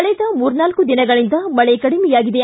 ಕಳೆದ ಮೂರ್ನಾಲ್ಕು ದಿನಗಳಿಂದ ಮಳೆ ಕಡಿಮೆಯಾಗಿದೆ